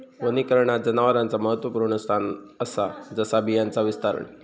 वनीकरणात जनावरांचा महत्त्वपुर्ण स्थान असा जसा बियांचा विस्तारण